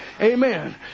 Amen